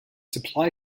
supply